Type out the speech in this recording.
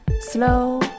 Slow